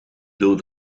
door